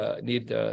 need